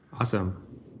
Awesome